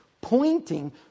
pointing